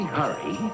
hurry